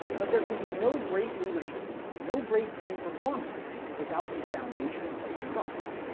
but there can be no great leadership no great team performance without a foundation of trust.